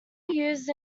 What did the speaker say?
used